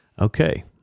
okay